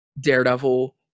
daredevil